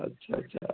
अच्छा अच्छा